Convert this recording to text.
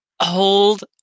Hold